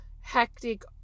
hectic